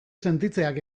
sentitzeak